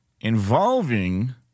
involving